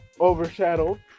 overshadowed